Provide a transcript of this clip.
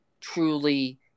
truly